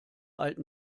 alten